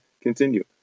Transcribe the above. continue